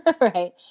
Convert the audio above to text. right